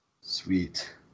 Sweet